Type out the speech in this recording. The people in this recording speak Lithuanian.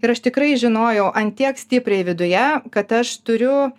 ir aš tikrai žinojau ant tiek stipriai viduje kad aš turiu